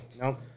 No